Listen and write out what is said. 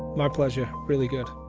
my pleasure. really good.